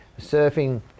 surfing